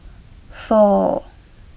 four